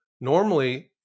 Normally